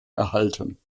erhalten